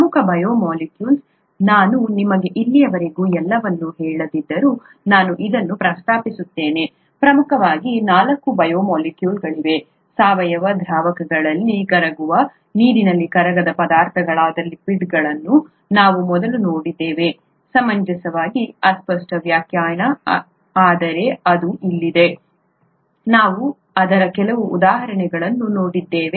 ಪ್ರಮುಖ ಬಯೋಮಾಲಿಕ್ಯೂಲ್ಸ್ ನಾನು ನಿಮಗೆ ಇಲ್ಲಿಯವರೆಗೆ ಎಲ್ಲವನ್ನೂ ಹೇಳದಿದ್ದರೂ ನಾನು ಇದನ್ನು ಪ್ರಸ್ತಾಪಿಸುತ್ತೇನೆ ಪ್ರಮುಖವಾಗಿ ನಾಲ್ಕು ಬಯೋಮಾಲಿಕ್ಯೂಲ್ಗಳಿವೆ ಸಾವಯವ ದ್ರಾವಕಗಳಲ್ಲಿ ಕರಗುವ ನೀರಿನಲ್ಲಿ ಕರಗದ ಪದಾರ್ಥಗಳಾದ ಲಿಪಿಡ್ಗಳನ್ನು ನಾವು ಮೊದಲು ನೋಡಿದ್ದೇವೆ ಸಮಂಜಸವಾಗಿ ಅಸ್ಪಷ್ಟ ವ್ಯಾಖ್ಯಾನ ಆದರೆ ಅದು ಇಲ್ಲಿದೆ ನಾವು ಅದರ ಕೆಲವು ಉದಾಹರಣೆಗಳನ್ನು ನೋಡಿದ್ದೇವೆ